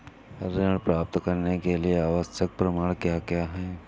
ऋण प्राप्त करने के लिए आवश्यक प्रमाण क्या क्या हैं?